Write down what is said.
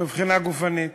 מבחינה גופנית.